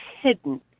hidden